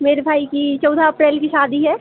मेरे भाई की चौदह अप्रैल की शादी है